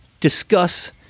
discuss